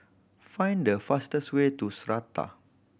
find the fastest way to Strata